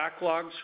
Backlogs